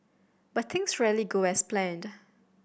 but things rarely go as planned